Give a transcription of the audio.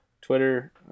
Twitter